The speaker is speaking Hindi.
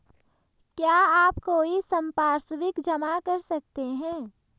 क्या आप कोई संपार्श्विक जमा कर सकते हैं?